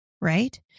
right